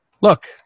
look